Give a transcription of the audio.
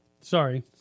Sorry